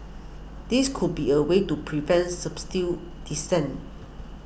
this could be a way to prevent dissent